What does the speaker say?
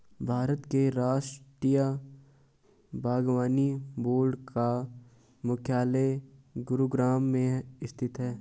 भारत के राष्ट्रीय बागवानी बोर्ड का मुख्यालय गुरुग्राम में स्थित है